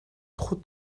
trop